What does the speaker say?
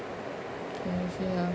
then okay lah